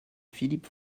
philippe